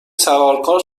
سوارکار